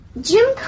Jim